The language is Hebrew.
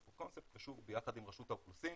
of conceptושוב ביחד עם רשות האוכלוסין